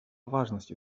важности